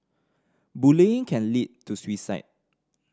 bullying can lead to suicide